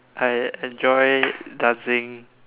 I enjoy dancing